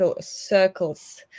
circles